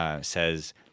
says –